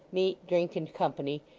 meat, drink, and company,